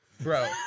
bro